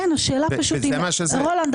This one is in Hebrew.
רולנד,